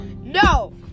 No